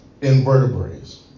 invertebrates